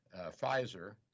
Pfizer